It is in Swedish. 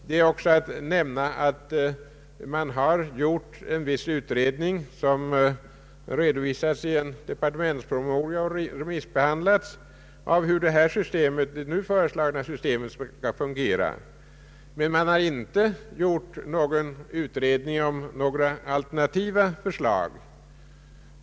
Det är också att nämna att man har gjort en viss utredning — som redovisats i en departementspromemoria och remissbehandlats — av hur det nu föreslagna systemet skall fungera. Men man har inte gjort någon utredning om några alternativa förslag.